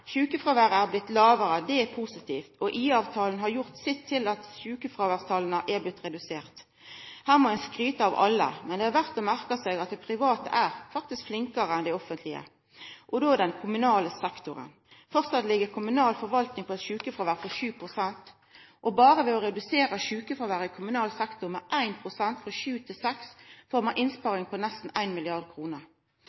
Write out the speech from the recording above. stillingar. Sjukefråværet er blitt lågare, og det er positivt. IA-avtalen har gjort sitt til at sjukefråværstala er blitt reduserte. Her må ein skryta av alle, men det er verdt å merka seg at dei private faktisk er flinkare enn det offentlege – og då den kommunale sektoren. Framleis er det eit sjukefråvær på 7 pst. i kommunal forvaltning. Berre ved å redusera sjukefråværet i kommunal sektor med 1 pst. frå 7 pst. til 6 pst. får ein